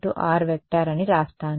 r అని వ్రాస్తాను